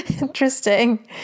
interesting